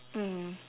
mm